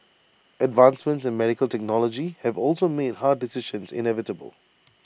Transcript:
advancements in medical technology have also made hard decisions inevitable